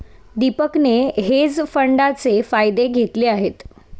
दीपकने हेज फंडाचे फायदे घेतले आहेत